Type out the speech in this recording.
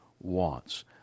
wants